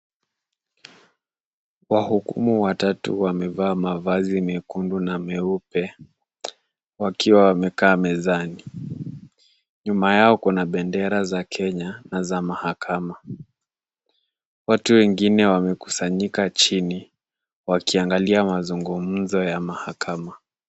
Wahukumu watatu wamevaa mavazi mekundu na meupe, wakiwa wamekaa mezani. Nyuma yao kuna bendera za Kenya na za mahakama. Watu wengine wamekusanyika chini, wakiangalia mazungumzo ya mahakama.